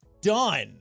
done